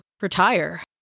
retire